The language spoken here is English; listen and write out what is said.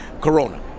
corona